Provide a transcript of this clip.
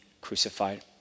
crucified